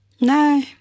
No